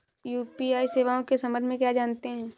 UPI सेवाओं के संबंध में क्या जानते हैं?